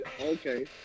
Okay